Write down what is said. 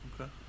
Okay